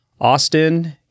Austin